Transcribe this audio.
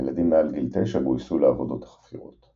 הילדים מעל גיל תשע גויסו לעבודת החפירות.